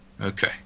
Okay